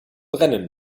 brennen